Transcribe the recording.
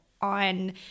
on